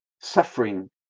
suffering